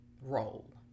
role